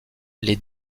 les